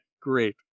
Great